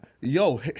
Yo